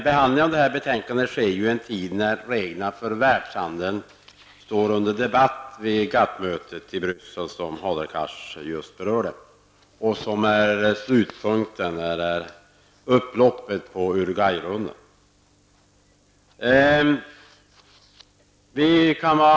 Behandlingen av betänkandet sker ju i en tid då reglerna för världshandeln står under debatt vid GATT-mötet i Bryssel, som Hadar Cars nyss berörde och som kan betecknas som slutpunkten, upploppet, för Uruguay-rundan.